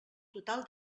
total